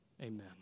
Amen